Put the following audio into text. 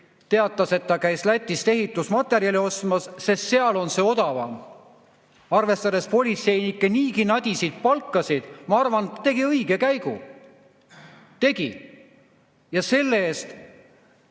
teatas, et ta käis Lätist ehitusmaterjali ostmas, sest seal on see odavam. Arvestades politseinike niigi nadisid palkasid, ma arvan, et ta tegi õige käigu. Tegi, aga selle eest